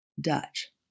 Dutch